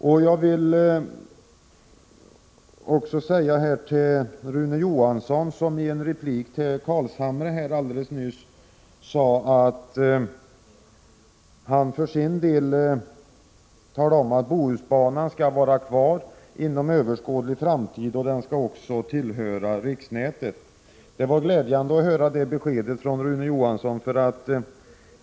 I en replik till Nils Carlshamre alldeles nyss sade Rune Johansson att Bohusbanan skall vara kvar inom överskådlig framtid och tillhöra riksnätet. Det var glädjande att få det beskedet av honom.